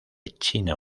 china